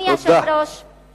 אדוני היושב-ראש, תודה.